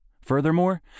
Furthermore